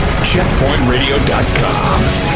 Checkpointradio.com